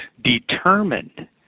determined